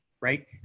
right